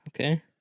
Okay